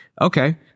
Okay